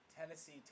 Tennessee